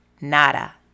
nada